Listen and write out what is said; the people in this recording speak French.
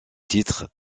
titres